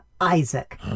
Isaac